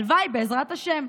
הלוואי, בעזרת השם.